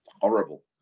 horrible